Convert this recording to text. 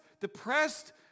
depressed